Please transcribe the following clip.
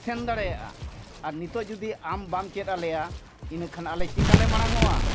ᱥᱮᱱ ᱫᱟᱲᱮᱭᱟᱜᱼᱟ ᱟᱨ ᱱᱤᱛᱳᱜ ᱡᱩᱫᱤ ᱟᱢ ᱵᱟᱢ ᱪᱮᱫ ᱟᱞᱮᱭᱟ ᱤᱱᱟᱹ ᱠᱷᱟᱱ ᱟᱞᱮ ᱪᱮᱠᱟᱞᱮ ᱢᱟᱲᱟᱝᱚᱜᱼᱟ